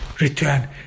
return